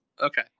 Okay